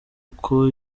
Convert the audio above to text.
uko